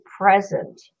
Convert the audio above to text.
present